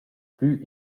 plü